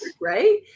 Right